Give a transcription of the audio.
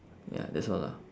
ya that's all lah